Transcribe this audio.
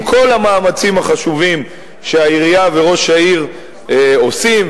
עם כל המאמצים החשובים שהעירייה וראש העיר עושים,